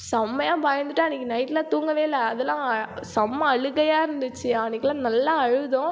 செம்மையா பயந்துட்டு அன்றைக்கி நைட்டெல்லாம் தூங்கவே இல்லை அதெல்லாம் செம்ம அழுகையாக இருந்துச்சு அன்றைக்கெல்லாம் நல்லா அழுதோம்